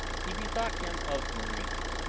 he bethought him of marina,